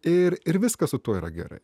ir ir viskas su tuo yra gerai